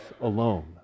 alone